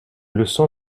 leçon